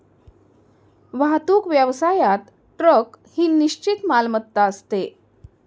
वाहतूक व्यवसायात ट्रक ही निश्चित मालमत्ता असते